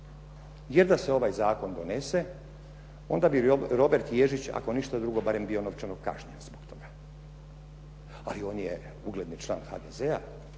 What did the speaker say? Jer, da se ovaj zakon donese onda bi Robert Ježić ako ništa drugo barem bio novčano kažnjen zbog toga. Ali on je ugledni član HDZ-a.